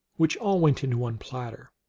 which all went into one platter,